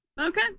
Okay